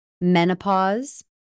menopause